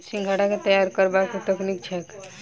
सिंघाड़ा केँ तैयार करबाक की तकनीक छैक?